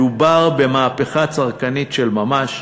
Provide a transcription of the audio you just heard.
מדובר במהפכה צרכנית של ממש.